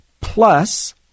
plus